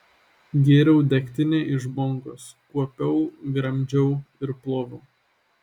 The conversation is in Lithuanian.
gėriau degtinę iš bonkos kuopiau gramdžiau ir ploviau